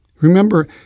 Remember